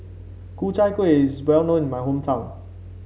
Ku Chai Kueh is well known in my hometown